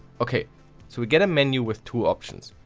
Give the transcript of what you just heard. ok, so we get a menu with two options.